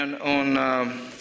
on